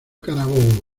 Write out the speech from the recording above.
carabobo